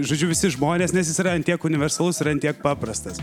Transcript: žodžiu visi žmonės nes jis yra ant tiek universalus yra ant tiek paprastas